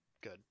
good